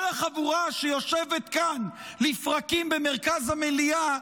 החבורה שיושבת כאן לפרקים במרכז המליאה,